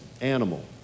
animal